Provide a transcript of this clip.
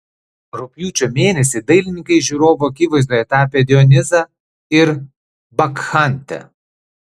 rugpjūčio mėnesį dailininkai žiūrovų akivaizdoje tapė dionizą ir bakchantę